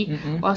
mmhmm